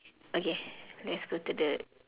okay let's go to the